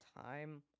time